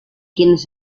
quienes